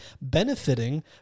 benefiting